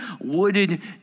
wooded